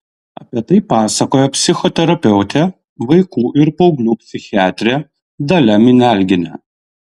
apie tai pasakoja psichoterapeutė vaikų ir paauglių psichiatrė dalia minialgienė